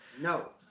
No